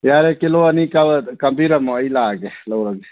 ꯌꯥꯔꯦ ꯀꯤꯂꯣ ꯑꯅꯤ ꯀꯛꯑꯣ ꯀꯝꯕꯤꯔꯝꯃꯣ ꯑꯩ ꯂꯥꯛꯑꯒꯦ ꯂꯧꯔꯒꯦ